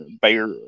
bear